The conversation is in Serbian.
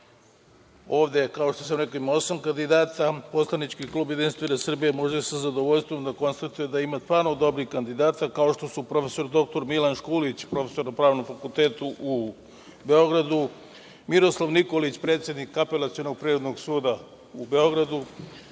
Ovde, kao što sam rekao, ima osam kandidata. Poslanički klub Jedinstvene Srbije može sa zadovoljstvom da konstatuje da ima stvarno dobrih kandidata, kao što su prof. dr Milan Škulić, profesor na Pravnom fakultetu u Beogradu, Miroslav Nikolić, predsednik Apelacionog privrednog suda u Beogradu,